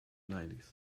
nineties